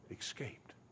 escaped